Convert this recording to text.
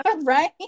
right